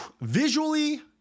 Visually